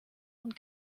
und